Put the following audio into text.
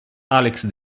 alex